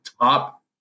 top